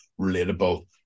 relatable